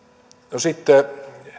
no sitten